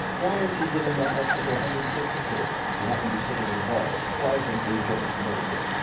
why is he giving that lecture to one hundred and fifty kids who happen to be sitting in the hall, why isn't it being given tomillions?